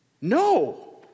No